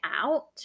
out